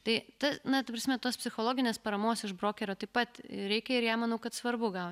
tai ta na ta prasme tos psichologinės paramos iš brokerio taip pat reikia ir ją manau kad svarbu gauti